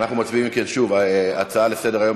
אנחנו מצביעים שוב על הצעה לסדר-היום